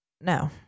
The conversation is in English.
No